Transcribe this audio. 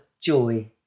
joy